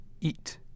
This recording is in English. eat